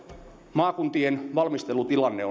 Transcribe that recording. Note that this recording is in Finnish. maakuntien valmistelutilanteet